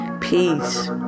Peace